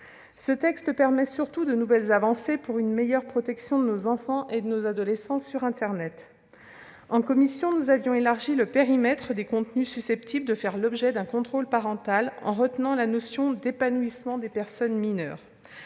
Ce texte permet surtout de nouvelles avancées pour une meilleure protection de nos enfants et de nos adolescents sur internet. En commission, nous avions élargi le périmètre des contenus susceptibles de faire l'objet d'un contrôle parental, en retenant la notion « d'épanouissement » des personnes mineures.